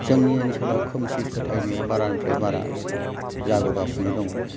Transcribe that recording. जोंनि ओनसोलाव खोमसि फोथायनाया बारानिफ्राय बारा जाबोगासिनो दङ